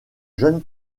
jeune